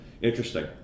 Interesting